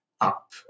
up